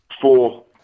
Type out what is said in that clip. four